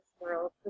world